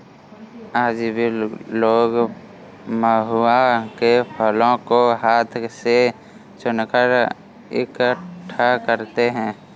आज भी लोग महुआ के फलों को हाथ से चुनकर इकठ्ठा करते हैं